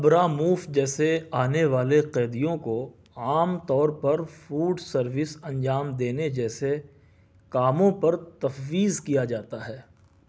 Abramoff جیسے آنے والے قیدیوں کو عام طور پر فوڈ سروس انجام دینے جیسے کاموں پر تفویض کیا جاتا ہے